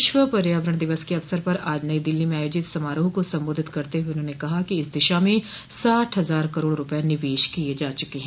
विश्व पर्यावरण दिवस के अवसर पर आज नई दिल्लीं में आयोजित समारोह को संबोधित करते हुए उन्होंने कहा कि इस दिशा में साठ हजार करोड़ रूपये निवेश किये जा चुके हैं